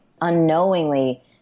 unknowingly